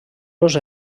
los